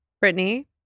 Brittany